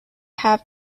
have